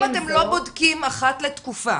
אם אתם לא בודקים אחת לתקופה